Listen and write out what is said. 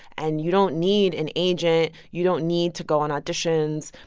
and you don't need an agent. you don't need to go on auditions.